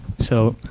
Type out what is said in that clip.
so,